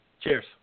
Cheers